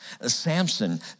Samson